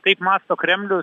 taip mąsto kremlius